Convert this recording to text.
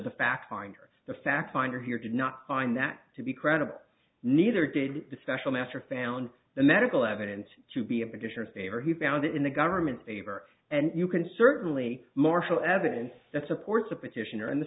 the fact finder the fact finder here did not find that to be credible neither did the special master found the medical evidence to be of additional favor he found it in the government's favor and you can certainly marshal evidence that supports a petitioner and the